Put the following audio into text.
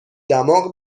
دماغ